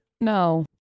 no